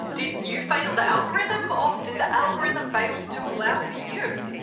did you fail the algorithm, or did the algorithm fail to allow for you?